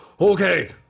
okay